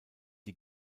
die